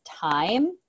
time